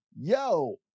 Yo